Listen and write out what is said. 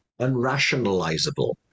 Unrationalizable